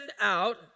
out